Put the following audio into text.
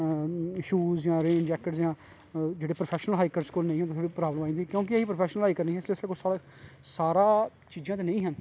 shoes जां rain jacket जां जेह्ड़े प्रफैशनल हाईकर कोल नेंई होन थोह्ड़ी प्रावलम आई जंदी क्योंकि अस प्रोफैशनल हाईकर नेंई हे साढ़े कोल सारी चीज़ां ते नेंई हियां